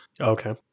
Okay